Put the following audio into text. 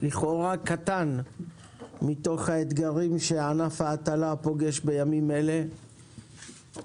זה נושא לכאורה קטן מתוך האתגרים שענף ההטלה פוגש בימים אלה גם